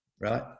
right